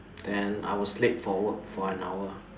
then I was late for work for an hour